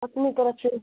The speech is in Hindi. अपनी तरफ़ से